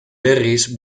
berriz